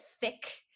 thick